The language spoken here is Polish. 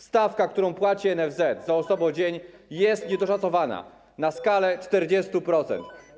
Stawka, którą płaci NFZ za osobodzień, jest niedoszacowana na skalę 40%.